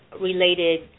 related